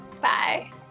bye